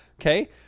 Okay